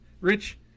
Rich